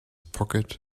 pocket